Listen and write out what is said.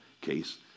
case